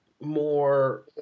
more